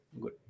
good